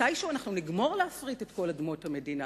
מתישהו אנחנו נגמור להפריט את כל אדמות המדינה,